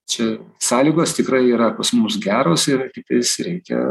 čia sąlygos tikrai yra pas mus geros ir tiktais reikia